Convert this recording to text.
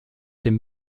dem